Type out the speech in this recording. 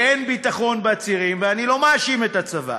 ואין ביטחון בצירים, ואני לא מאשים את הצבא,